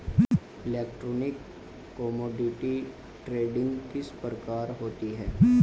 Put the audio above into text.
Electronic commodity trading किस प्रकार होती है?